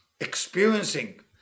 experiencing